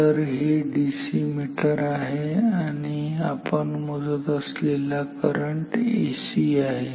तर हे एक डीसी मीटर आहे आणि आपण मोजत असलेला करंट एसी आहे